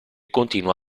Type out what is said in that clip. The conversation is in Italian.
continua